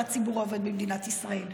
על הציבור העובד במדינת ישראל.